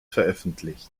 veröffentlicht